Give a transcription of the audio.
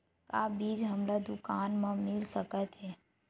का बीज हमला दुकान म मिल सकत हे?